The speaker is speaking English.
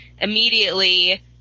immediately